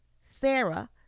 Sarah